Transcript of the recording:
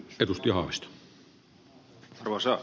arvoisa puhemies